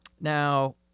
Now